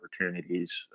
opportunities